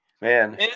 man